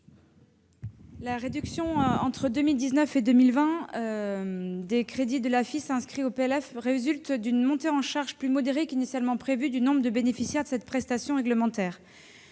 La réduction, entre 2019 et 2020, des crédits de l'AFIS inscrits en loi de finances résulte d'une montée en charge plus modérée qu'initialement prévu du nombre de bénéficiaires de cette prestation réglementaire.